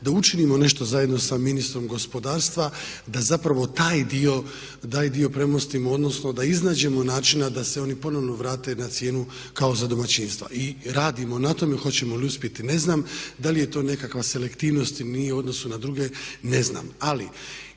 da učinimo nešto zajedno sa ministrom gospodarstva da zapravo taj dio premostimo, odnosno da iznađemo načina da se oni ponovno vrate na cijenu kao za domaćinstva. I radimo na tome, hoćemo li uspjeti ne znam. Da li je to nekakva selektivnost u odnosu na druge ne znam.